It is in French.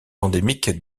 endémique